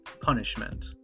punishment